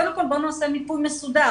קודם כל בואו נעשה מיפוי מסודר,